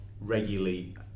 regularly